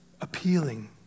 Appealing